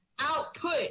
Output